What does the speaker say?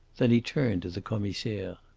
then he turned to the commissaire.